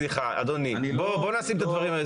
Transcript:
סליחה, אדוני, בוא נשים את הדברים.